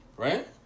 Right